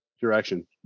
direction